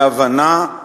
בהבנה,